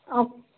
ஆ